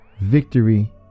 victory